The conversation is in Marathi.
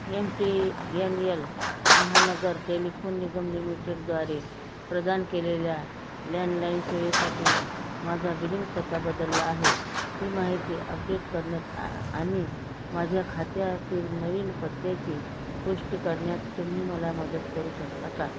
M T N L Mahanagar telephone Nigam लिमिटेडद्वारे प्रदान केलेल्या लँडलाईन सेवेसाठी माझा बिलिंग पत्ता बदलला आहे ही माहिती अपडेट करण्यात आ आणि माझ्या खात्यातील नवीन पत्त्याची पुष्टी करण्यात तुम्ही मला मदत करू शकता का